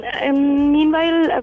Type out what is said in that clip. meanwhile